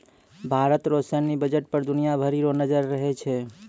भारत रो सैन्य बजट पर दुनिया भरी रो नजर रहै छै